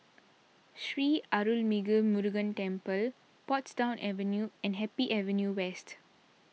Sri Arulmigu Murugan Temple Portsdown Avenue and Happy Avenue West